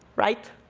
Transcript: right?